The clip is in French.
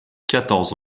quatorze